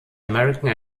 american